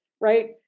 Right